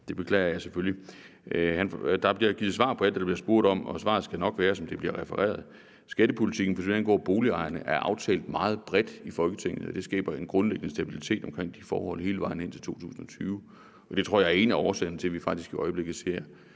Det beklager jeg selvfølgelig. Der bliver givet svar på alt det, der bliver spurgt om, og svaret skal nok være, som det bliver refereret. Skattepolitikken, for så vidt angår boligejerne, er aftalt meget bredt i Folketinget, og det skaber en grundlæggende stabilitet omkring de forhold hele vejen til 2020. Det tror jeg er en af årsagerne til, at vi faktisk i øjeblikket ser